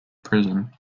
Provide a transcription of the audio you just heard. prison